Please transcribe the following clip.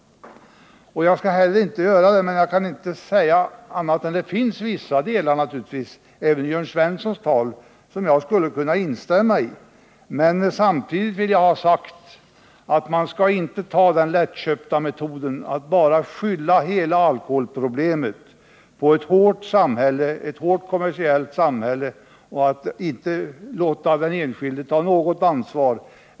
Jag skall inte heller ta upp någon sådan debatt, men jag kan inte säga annat än att det naturligtvis finns vissa delar även i Jörn Svenssons tal som jag skulle kunna instämma i. Samtidigt vill jag ha sagt att man skall inte tillgripa den lättköpta metoden att bara skylla hela alkoholproblemet på ett hårt, kommersiellt samhälle utan att låta den enskilde ta något ansvar.